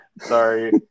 Sorry